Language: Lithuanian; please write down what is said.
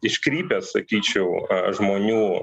iškrypęs sakyčiau žmonių